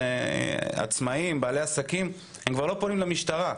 והעצמאים ובעלי העסקים כבר לא פונים למשטרה.